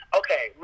okay